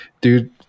dude